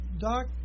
Doc